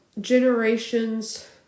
generations